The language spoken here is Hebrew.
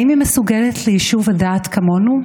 האם היא מסוגלת ליישוב הדעת כמונו,